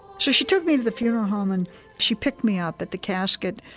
she she took me to the funeral home, and she picked me up at the casket,